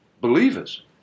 believers